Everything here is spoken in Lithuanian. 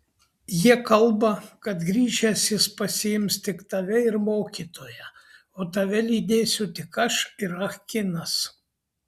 jie kalba kad grįžęs jis pasiims tik tave ir mokytoją o tave lydėsiu tik aš ir ah kinas